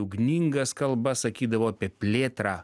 ugningas kalbas sakydavo apie plėtrą